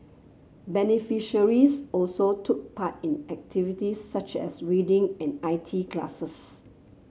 beneficiaries also took part in activities such as reading and I T classes